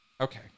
Okay